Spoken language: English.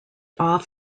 off